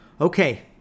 Okay